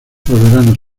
veranos